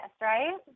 right